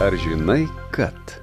ar žinai kad